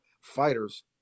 fighters